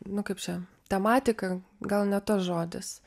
nu kaip čia tematika gal ne tas žodis